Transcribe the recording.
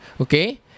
okay